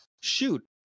shoot